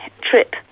trip